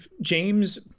James